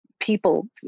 people